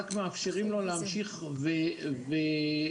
רק מאפשרים לו להמשיך ולהתפתח.